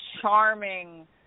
charming